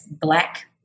Black